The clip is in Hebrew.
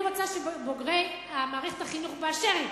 אני רוצה שבוגרי מערכת החינוך באשר הם,